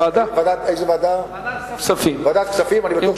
ועדת כספים.